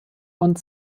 und